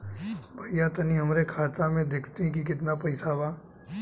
भईया तनि हमरे खाता में देखती की कितना पइसा बा?